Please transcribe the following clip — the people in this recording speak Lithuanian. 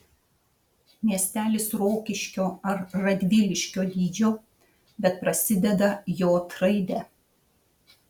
miestelis rokiškio ar radviliškio dydžio bet prasideda j raide